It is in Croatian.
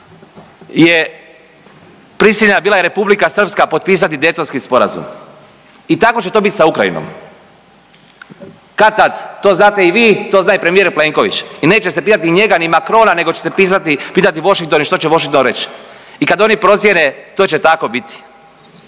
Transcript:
je prisiljena bila i Republika Srpska potpisati Daytonski sporazum i tako će to bit sa Ukrajinom, kad-tad, to znate i vi, to zna i premijer Plenković i neće se pitati ni njega, ni Macrona, nego će se pitati Washington i što će Washington reći i kad oni procijene to će tako biti